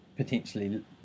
potentially